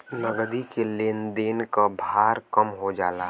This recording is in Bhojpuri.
नगदी के लेन देन क भार कम हो जाला